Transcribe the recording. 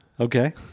Okay